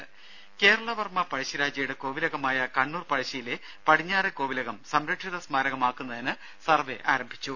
ദര കേരളവർമ്മ പഴശ്ശിരാജയുടെ കോവിലകമായ കണ്ണൂർ പഴശ്ശിയിലെ പടിഞ്ഞാറെ കോവിലകം സംരക്ഷിത സ്മാരക മാക്കുന്നതിന് സർവ്വെ ആരംഭിച്ചു